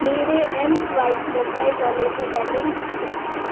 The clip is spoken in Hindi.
मेरे एमस्वाइप मोबाइल वॉलेट में बैलेन्स चेक करें